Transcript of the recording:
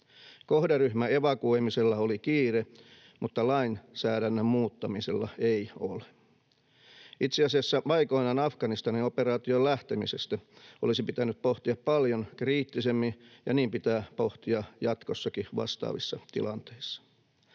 Kohderyhmän evakuoimisella oli kiire, mutta lainsäädännön muuttamisella ei ole. Itse asiassa aikoinaan Afganistan-operaatioon lähtemistä olisi pitänyt pohtia paljon kriittisemmin, ja niin pitää pohtia jatkossakin vastaavissa tilanteissa.